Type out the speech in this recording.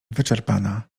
wyczerpana